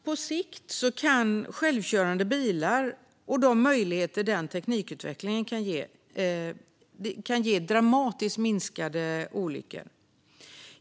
På sikt kan självkörande bilar och de möjligheter den teknikutvecklingen kan ge dramatiskt minska antalet olyckor.